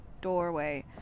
doorway